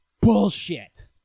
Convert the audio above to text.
bullshit